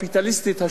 השוק החופשי,